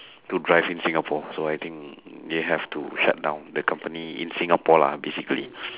to drive in singapore so I think they have to shut down the company in singapore lah basically